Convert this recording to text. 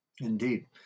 Indeed